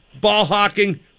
ball-hawking